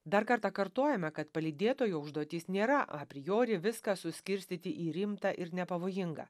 dar kartą kartojome kad palydėtojo užduotis nėra apriori viską suskirstyti į rimtą ir nepavojinga